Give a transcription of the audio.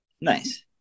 nice